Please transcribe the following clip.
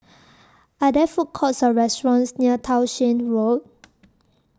Are There Food Courts Or restaurants near Townshend Road